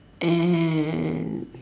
and